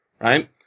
Right